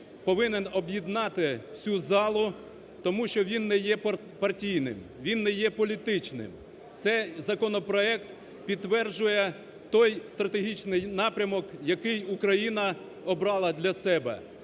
повинен об'єднати всю залу, тому що він не є партійним, він не є політичним. Цей законопроект підтверджує той стратегічний напрямок, який Україна обрала для себе: